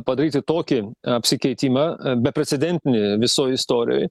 padaryti tokį apsikeitimą beprecedentį visoj istorijoj